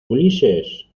ulises